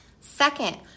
Second